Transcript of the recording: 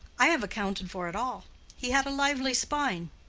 i have accounted for it all he had a lively spine.